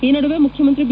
ಈ ನಡುವೆ ಮುಖ್ಯಮಂತ್ರಿ ಬಿ